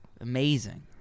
amazing